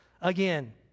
again